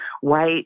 white